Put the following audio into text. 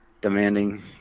demanding